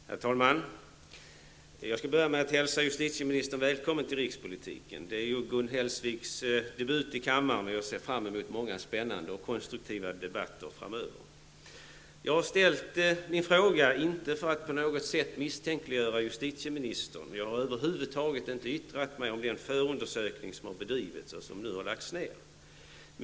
Herr talman! Jag skulle vilja börja med att hälsa justitieministern välkommen till rikspolitiken. Det är ju Gun Hellsviks debatt i kammaren, och jag ser fram emot många spännande och konstruktiva debatter framöver. Jag har inte ställt min fråga för att på något sätt misstänkliggöra justitieministern. Jag har över huvud taget inte yttrat mig om den förundersökning som har bedrivits och som nu har lagts ner.